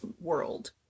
world